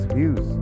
views